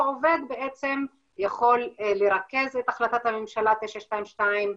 עובד יכול לרכז את החלטת הממשלה 922,